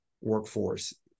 workforce